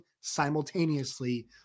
simultaneously